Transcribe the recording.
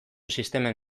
sistemen